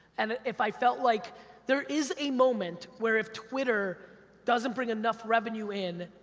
and if i felt like there is a moment where if twitter doesn't bring enough revenue in,